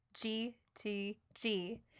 G-T-G